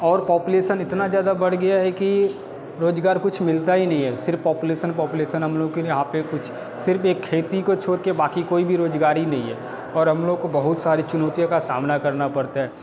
और पॉपुलेसन इतना ज़्यादा बढ़ गया है कि रोज़गार कुछ मिलता ही नहीं है सिर्फ़ पॉपुलेसन पॉपुलेसन हम लोग के यहाँ पे कुछ सिर्फ़ एक खेती को छोड़ के बाकी कोई भी रोज़गार ही नहीं है और हम लोग को बहुत सारी चुनौतियों का सामना करना पड़ता है